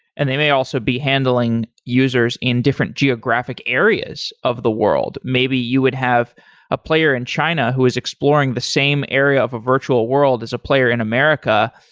and they may also be handling users in different geographic areas of the world. maybe you would have a player in china who is exploring the same area of a virtual world as a player in america.